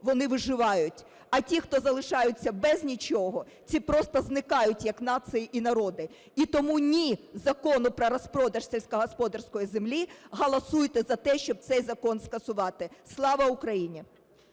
вони виживають, а ті, хто залишаються без нічого, ці просто зникають як нації і народи. І тому: ні – закону про розпродаж сільськогосподарської землі. Голосуйте за те, щоб цей закон скасувати. Слава Україні!